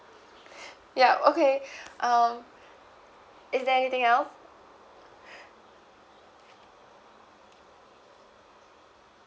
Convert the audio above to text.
yup okay um is there anything else